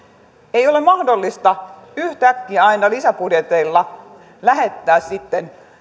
ei ole mahdollista yhtäkkiä aina lisäbudjeteilla lähettää sitten